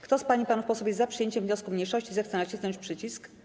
Kto z pań i panów posłów jest za przyjęciem wniosku mniejszości, zechce nacisnąć przycisk.